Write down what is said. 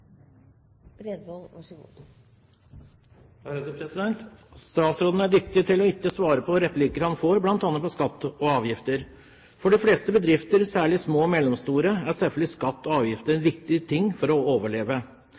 dyktig til ikke å svare på replikker han får, bl.a. om skatt og avgifter. For de fleste bedrifter – særlig små og mellomstore – er selvfølgelig skatt og avgifter viktig for å overleve.